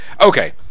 Okay